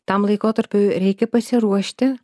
tam laikotarpiui reikia pasiruošti